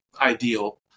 ideal